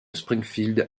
springfield